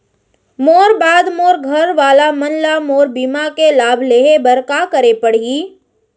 मोर बाद मोर घर वाला मन ला मोर बीमा के लाभ लेहे बर का करे पड़ही?